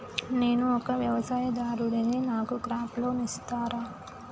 నేను ఒక వ్యవసాయదారుడిని నాకు క్రాప్ లోన్ ఇస్తారా?